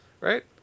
right